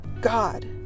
God